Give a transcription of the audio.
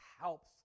helps